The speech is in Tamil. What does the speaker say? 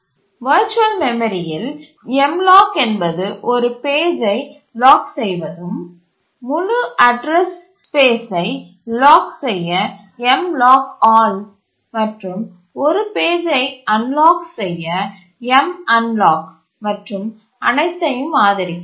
வர்ச்சுவல் மெமரி இல் Mlock என்பது ஒரு பேஜ்யை லாக் செய்வதும் முழு அட்ரஸ் ஸ்பேஸ்சை லாக் செய்ய Mlockall மற்றும் ஒரு பேஜ்யை அன்லாக் செய்ய Munlock மற்றும் அனைத்தையும் ஆதரிக்க வேண்டும்